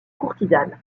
courtisane